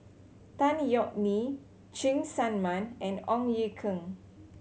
Tan Yeok Nee Cheng Tsang Man and Ong Ye Kung